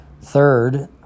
Third